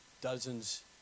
dozens